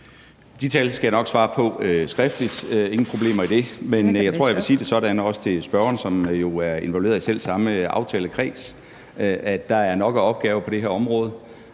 De tal skal jeg nok svare på skriftligt – ingen problemer i det – men jeg tror, jeg vil sige det sådan, også til spørgeren, som jo er involveret i selv samme aftalekreds, at der er nok opgaver på det her område,